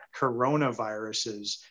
coronaviruses